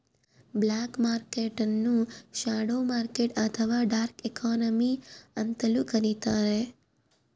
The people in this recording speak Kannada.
ಬ್ಲಾಕ್ ಮರ್ಕೆಟ್ ನ್ನು ಶ್ಯಾಡೋ ಮಾರ್ಕೆಟ್ ಅಥವಾ ಡಾರ್ಕ್ ಎಕಾನಮಿ ಅಂತಲೂ ಕರಿತಾರೆ